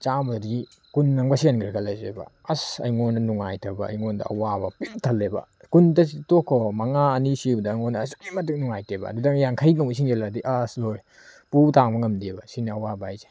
ꯆꯥꯝꯃꯗꯨꯗꯒꯤ ꯀꯨꯟ ꯑꯝꯒ ꯁꯤꯍꯟꯈ꯭ꯔꯦ ꯈꯜꯂꯁꯦꯕ ꯑꯁ ꯑꯩꯉꯣꯟꯗ ꯅꯨꯡꯉꯥꯏꯇꯕ ꯑꯩꯉꯣꯟꯗ ꯑꯋꯥꯕ ꯄꯤꯛ ꯊꯜꯂꯦꯕ ꯀꯨꯟꯗꯣ ꯇꯣꯛꯈꯣ ꯃꯉꯥ ꯑꯅꯤ ꯁꯤꯕꯗ ꯑꯩꯉꯣꯟꯗ ꯑꯁꯨꯛꯀꯤ ꯃꯇꯤꯛ ꯅꯨꯡꯉꯥꯏꯇꯦꯕ ꯑꯗꯨꯗ ꯌꯥꯡꯈꯩꯒ ꯑꯃꯨꯛ ꯁꯤꯖꯜꯂꯛꯑꯗꯤ ꯑꯁ ꯂꯣꯏꯔꯦ ꯄꯨꯕꯊꯥꯡꯕ ꯉꯝꯗꯦꯕ ꯁꯤꯅꯦ ꯑꯋꯥꯕ ꯍꯥꯏꯁꯦ